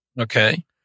Okay